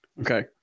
Okay